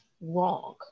wrong